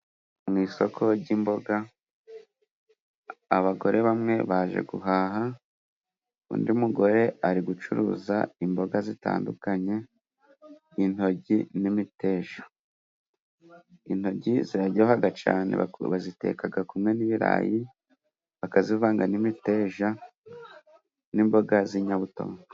Mu isoko ry'imboga, abagore bamwe baje guhaha undi mugore ari gucuruza imboga zitandukanye, intoryi n'imiteja. Intoryi ziraryoha cyane, baziteka kumwe n'ibirayi, bakazivanga n'imiteja n'imboga z'inyabuto.